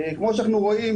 כמו שאנחנו רואים,